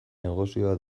negozioa